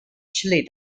chili